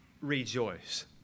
rejoice